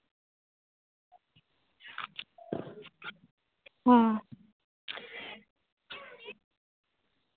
ᱦᱚᱸ